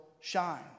shine